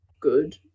good